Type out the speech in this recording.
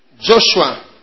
Joshua